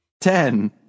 ten